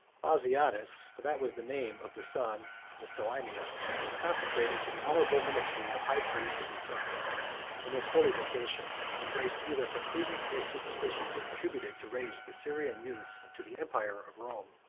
bassianus, for that was the name of the son of soaemias, was consecrated to the honorable ministry of high priest of the sun and this holy vocation, embraced either from prudence or superstition, contributed to raise the syrian youth to the empire of rome.